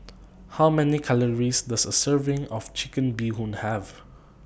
How Many Calories Does A Serving of Chicken Bee Hoon Have